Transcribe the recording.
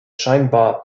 scheinbar